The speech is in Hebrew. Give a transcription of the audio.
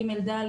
ג'-ד',